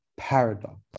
paradox